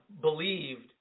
believed